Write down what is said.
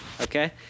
Okay